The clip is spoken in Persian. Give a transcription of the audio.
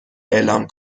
اعلام